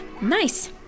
Nice